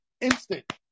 instant